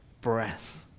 breath